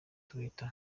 twitter